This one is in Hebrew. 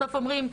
בסוף אומרים,